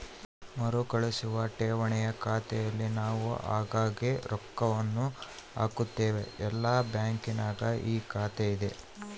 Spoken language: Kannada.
ಮರುಕಳಿಸುವ ಠೇವಣಿಯ ಖಾತೆಯಲ್ಲಿ ನಾವು ಆಗಾಗ್ಗೆ ರೊಕ್ಕವನ್ನು ಹಾಕುತ್ತೇವೆ, ಎಲ್ಲ ಬ್ಯಾಂಕಿನಗ ಈ ಖಾತೆಯಿದೆ